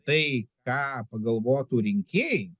tai ką pagalvotų rinkėjai